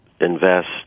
invest